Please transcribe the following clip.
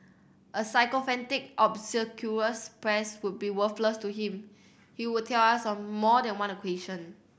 a sycophantic obsequious press would be worthless to him he would tell us on more than one